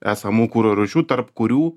esamų kuro rūšių tarp kurių